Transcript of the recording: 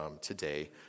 today